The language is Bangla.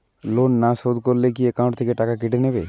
লোন না শোধ করলে কি একাউন্ট থেকে টাকা কেটে নেবে?